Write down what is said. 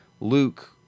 Luke